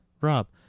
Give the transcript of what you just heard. Rob